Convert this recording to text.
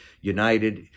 United